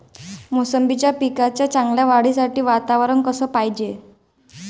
मोसंबीच्या पिकाच्या चांगल्या वाढीसाठी वातावरन कस पायजे?